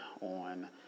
on